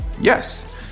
yes